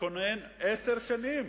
התכונן עשר שנים